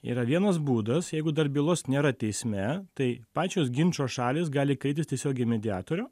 yra vienas būdas jeigu dar bylos nėra teisme tai pačios ginčo šalys gali kreiptis tiesiogiai į mediatorių